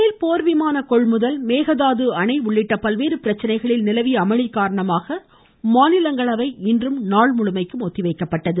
பேல் போர் விமான கொள்முதல் மேகதாது அணை உள்ளிட்ட பல்வேறு பிரச்சனைகளில் நிலவிய அமளி காரணமாக மாநிலங்களவை இன்றும் நாள் முழுமைக்கும் ஒத்திவைக்கப்பட்டது